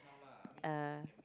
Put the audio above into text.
uh